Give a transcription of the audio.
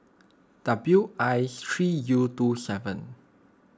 W I three U twenty seven